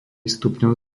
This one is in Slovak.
stupňov